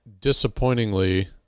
Disappointingly